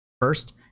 First